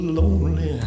lonely